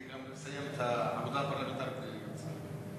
אני אסיים את העבודה הפרלמנטרית בלי להיות שר.